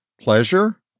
pleasure